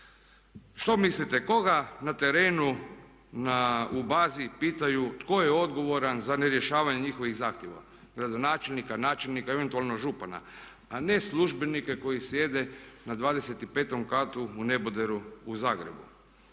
Što mislite koga na terenu u bazi pitaju tko je odgovoran za nerješavanje njihovih zahtjeva, gradonačelnika, načelnika, eventualno župana, a ne službenike koji sjede na dvadeset i petom katu u neboderu u Zagrebu.